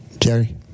Jerry